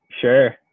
Sure